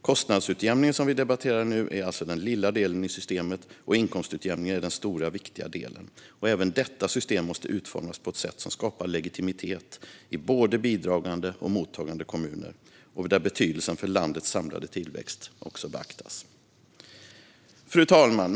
Kostnadsutjämningen som vi debatterar nu är den lilla delen i systemet, och inkomstutjämningen är den stora, viktiga delen. Även detta system måste utformas på ett sätt som skapar legitimitet i både bidragande och mottagande kommuner och där betydelsen för landets samlade tillväxt också beaktas. Fru talman!